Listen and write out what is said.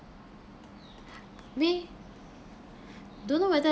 don't know whether